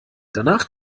danach